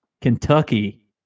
Kentucky